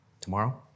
tomorrow